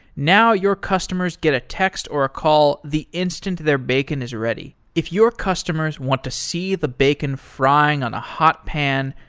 now your customers get a text or a call the instant their bacon is ready. if your customers want to see the bacon frying on a hot pan,